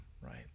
right